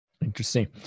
Interesting